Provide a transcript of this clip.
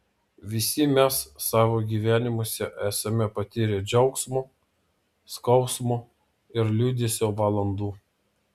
visi mes savo gyvenimuose esame patyrę džiaugsmo skausmo ir liūdesio valandų